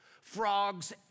frogs